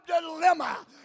dilemma